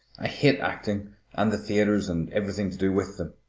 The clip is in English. i hate acting and the theatres and everything to do with them.